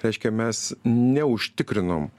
reiškia mes neužtikrinom